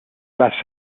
less